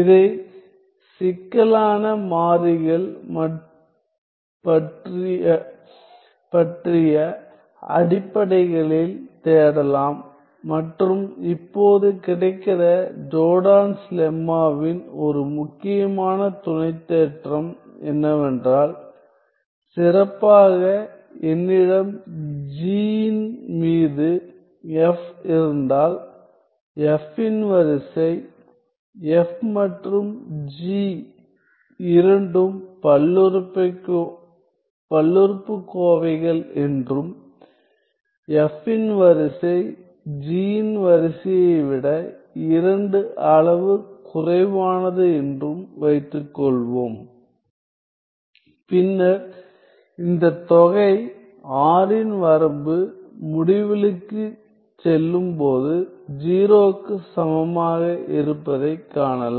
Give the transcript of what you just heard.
இதை சிக்கலான மாறிகள் பற்றிய அடிப்படைகளில் தேடலாம் மற்றும் இப்போது கிடைக்கிற ஜோர்டான்ஸ் லெம்மாவின் ஒரு முக்கியமான துணைத்தேற்றம் என்னவென்றால் சிறப்பாக என்னிடம் G இன் மீது F இருந்தால் F இன் வரிசை F மற்றும் G இரண்டும் பல்லுறுப்புக்கோவைகள் என்றும் F இன் வரிசை G இன் வரிசையை விட இரண்டு அளவு குறைவானது என்றும் வைத்துக்கொள்வோம் பின்னர் இந்த தொகை R ன் வரம்பு முடிவிலிக்குச் செல்லும்போது 0 க்குச் சமமாக இருப்பதைக் காணலாம்